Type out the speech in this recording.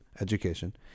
education